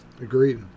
Agreed